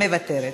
מוותרת.